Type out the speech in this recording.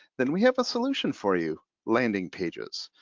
then we have a solution for you, landing pages.